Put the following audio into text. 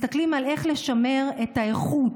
מסתכלים על איך לשמר את האיכות,